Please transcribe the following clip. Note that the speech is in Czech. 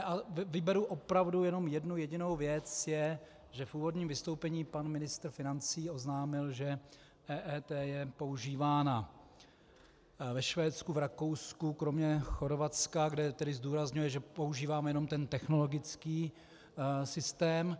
A vyberu opravdu jenom jednu jedinou věc a to je, že v odpoledním vystoupení pan ministr financí oznámil, že EET je používána ve Švédsku, v Rakousku, kromě Chorvatska, kde tedy zdůrazňuje, že používáme jenom ten technologický systém.